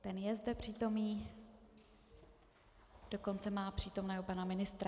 Ten je zde přítomen, dokonce má přítomného pana ministra.